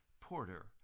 porter